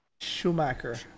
Schumacher